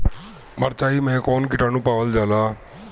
मारचाई मे कौन किटानु पावल जाला?